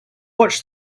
watched